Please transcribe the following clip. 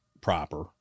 proper